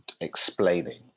explaining